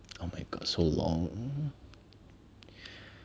oh my god so long